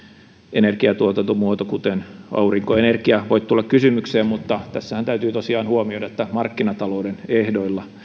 energiatuotantomuoto kuten aurinkoenergia voi tulla kysymykseen mutta tässähän täytyy tosiaan huomioida että markkinatalouden ehdoilla